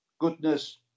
goodness